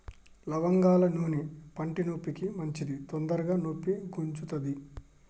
లవంగాల నూనె పంటి నొప్పికి మంచిది తొందరగ నొప్పి గుంజుతది